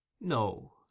No